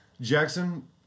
Jackson